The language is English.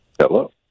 Hello